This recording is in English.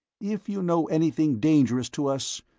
if you know anything dangerous to us,